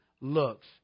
looks